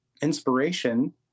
inspiration